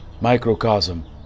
microcosm